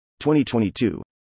2022